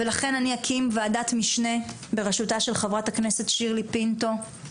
ולכן אני אקים ועדת משנה בראשותה של חברת הכנסת שירלי פינטו.